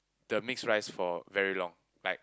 the mix rice for very long like